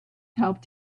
helped